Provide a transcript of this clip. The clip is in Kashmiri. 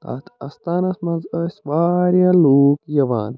تَتھ اَستانَس منٛز ٲسۍ واریاہ لوٗکھ یِوان